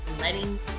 letting